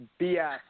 BS